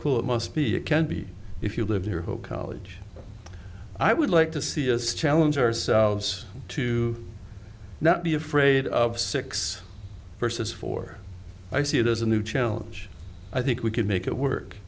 cool it must be can be if you live your whole college i would like to see as challengers as to not be afraid of six versus four i see it as a new challenge i think we can make it work